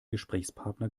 gesprächspartner